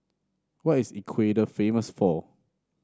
what is Ecuador famous for